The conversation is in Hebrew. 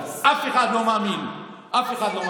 אף אחד לא מאמין לשני.